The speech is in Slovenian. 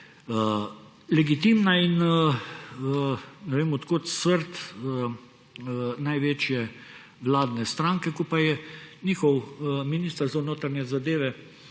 legitimna in ne vem, od kod srd največje vladne stranke, ko pa je njihov minister za notranje zadeve